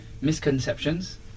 misconceptions